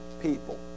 people